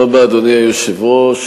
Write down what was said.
היושב-ראש,